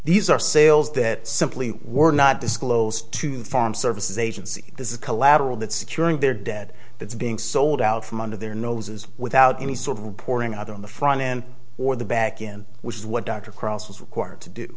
these are sales that simply were not disclosed to farm services agency this is collateral that securing their dead it's being sold out from under their noses without any sort of reporting other on the front end or the back in which is what dr cross was required to do